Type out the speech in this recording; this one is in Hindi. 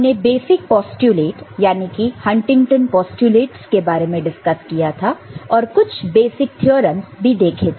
हमने बेसिक पोस्टयूलेट यानी कि हंटिंगटन पोस्टयूलेटस के बारे में डिस्कस किया था और कुछ बेसिक थ्योरमस भी देखे थे